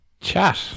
Chat